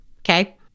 okay